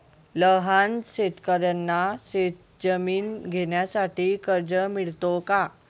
लहान शेतकऱ्यांना शेतजमीन घेण्यासाठी कर्ज मिळतो का?